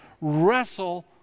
Wrestle